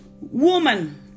Woman